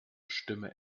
stimme